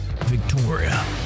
Victoria